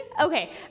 Okay